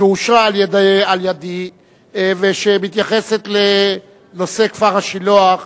שאושרה על-ידי שמתייחסת לנושא כפר-השילוח,